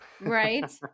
right